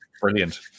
Brilliant